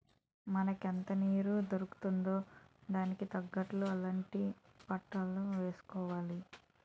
మనకెంత నీరు దొరుకుతుందో దానికి తగినట్లు అలాంటి పంటలే వేసుకోవాలి